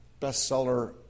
bestseller